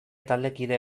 taldekide